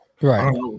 right